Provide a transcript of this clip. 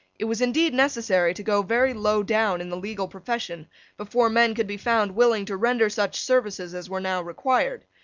it was indeed necessary to go very low down in the legal profession before men could be found willing to render such services as were now required.